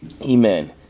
Amen